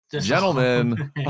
Gentlemen